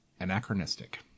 anachronistic